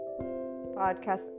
podcast